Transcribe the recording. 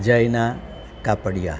Jayna Kapadia